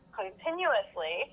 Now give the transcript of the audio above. continuously